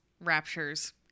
raptures